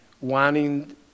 wanting